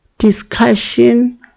discussion